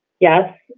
yes